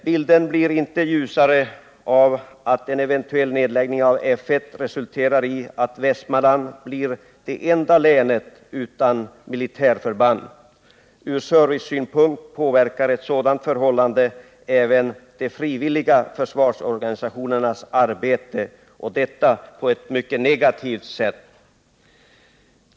Bilden blir inte ljusare av att en eventuell nedläggning av F 1 resulterar i att Västmanland blir det enda länet utan militärförband. Ur servicesynpunkt påverkar ett sådant förhållande även de frivilliga försvarsorganisationernas arbete på ett mycket negativt sätt.